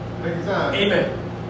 Amen